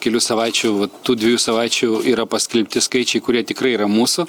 kelių savaičių vat tų dviejų savaičių yra paskelbti skaičiai kurie tikrai yra mūsų